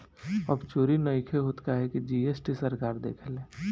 अब चोरी नइखे होत काहे की जी.एस.टी सरकार देखेले